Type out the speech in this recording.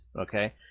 okay